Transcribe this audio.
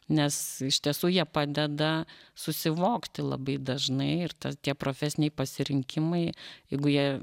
nes iš tiesų jie padeda susivokti labai dažnai ir ta tie profesiniai pasirinkimai jeigu jie